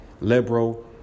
liberal